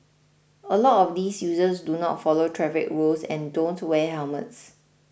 a lot of these users do not follow traffic rules and don't wear helmets